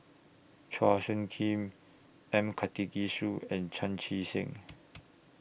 Chua Soo Khim M Karthigesu and Chan Chee Seng